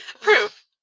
Proof